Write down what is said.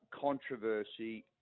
controversy